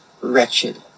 Wretched